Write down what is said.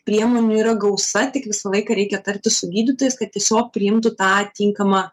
priemonių yra gausa tik visą laiką reikia tartis su gydytojais kad tiesiog priimtų tą tinkamą